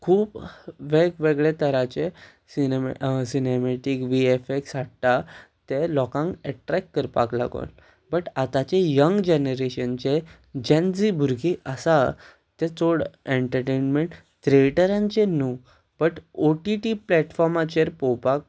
खूब वेगवेगळे तराचे सिनेमेटीक वी एफॅ क्स हाडटा ते लोकांक एट्रॅक्ट करपाक लागून बट आतांचे यंग जनरेशनचे जेजी भुरगीं आसा ते चड एंटरटेनमेंट थ्रिएटरांचेर न्हू बट ओ टी टी प्लेटफॉमाचेर पळोवपाक